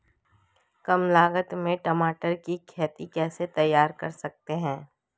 कम लागत में टमाटर की खेती कैसे तैयार कर सकते हैं?